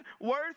worth